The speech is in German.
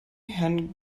herrn